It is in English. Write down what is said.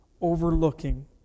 overlooking